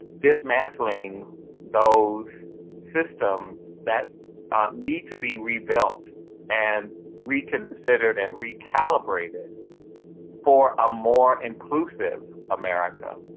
dismantling those systems that need to be rebuilt and reconsidered and recalibrated for a more inclusive america,